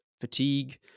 fatigue